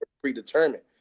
predetermined